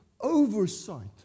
oversight